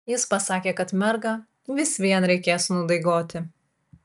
jis pasakė kad mergą vis vien reikės nudaigoti